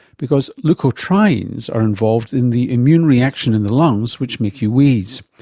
because leukotrienes are involved in the immune reaction in the lungs which make you wheeze.